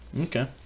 Okay